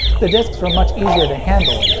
the discs were much easier to handle,